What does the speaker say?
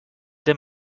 der